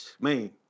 Man